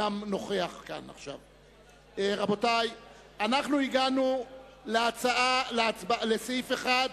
אנחנו הגענו לסעיף 1,